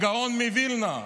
הגאון מווילנה.